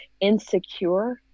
insecure